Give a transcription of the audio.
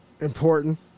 important